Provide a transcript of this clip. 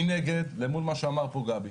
מנגד, למול מה שאמר פה גבי,